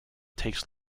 takes